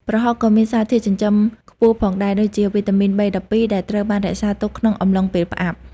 ប្រហុក ក៏មានសារធាតុចិញ្ចឹមខ្ពស់ផងដែរ ដូចជាវីតាមីន B12 ដែលត្រូវបានរក្សាទុកក្នុងអំឡុងពេលផ្អាប់។